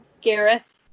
Gareth